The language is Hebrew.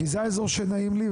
כי זה האזור שנעים לי,